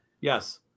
Yes